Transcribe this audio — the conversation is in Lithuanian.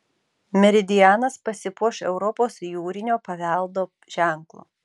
meridianas pasipuoš europos jūrinio paveldo ženklu